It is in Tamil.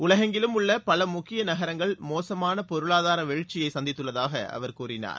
உலகெங்கிலும் உள்ள பல முக்கிய நகரங்கள் மோசமான பொருளாதார வீழ்ச்சியை சந்தித்துள்ளதாக அவர் கூறினார்